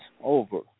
over